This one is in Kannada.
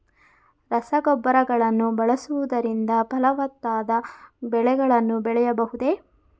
ರಸಗೊಬ್ಬರಗಳನ್ನು ಬಳಸುವುದರಿಂದ ಫಲವತ್ತಾದ ಬೆಳೆಗಳನ್ನು ಬೆಳೆಯಬಹುದೇ?